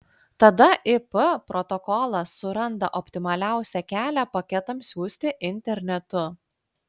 tada ip protokolas suranda optimaliausią kelią paketams siųsti internetu